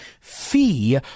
fee